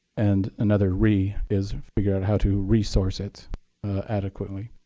and another re is figuring out how to resource it adequately.